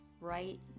right